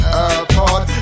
airport